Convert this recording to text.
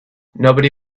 nobody